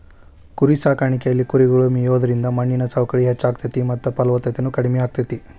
ಕುರಿಸಾಕಾಣಿಕೆಯಲ್ಲಿ ಕುರಿಗಳು ಮೇಯೋದ್ರಿಂದ ಮಣ್ಣಿನ ಸವಕಳಿ ಹೆಚ್ಚಾಗ್ತೇತಿ ಮತ್ತ ಫಲವತ್ತತೆನು ಕಡಿಮೆ ಆಗ್ತೇತಿ